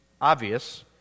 obvious